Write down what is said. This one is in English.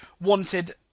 wanted